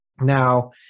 Now